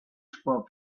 spot